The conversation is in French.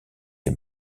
des